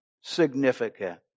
significant